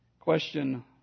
Question